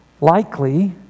likely